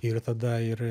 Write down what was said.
ir tada ir